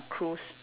cruise